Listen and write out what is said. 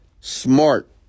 smart